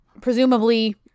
presumably